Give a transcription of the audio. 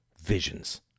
visions